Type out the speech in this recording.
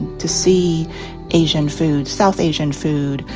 to see asian food, south asian food.